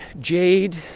Jade